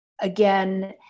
again